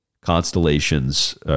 constellations